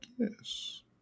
Yes